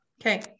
okay